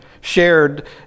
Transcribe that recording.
shared